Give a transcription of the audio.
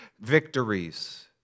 victories